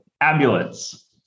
Ambulance